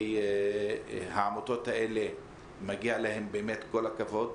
ומגיע להן כל הכבוד